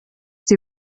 die